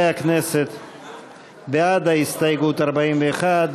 שי) לסעיף תקציבי 79,